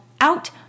out